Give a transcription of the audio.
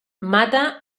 mata